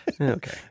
Okay